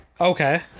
Okay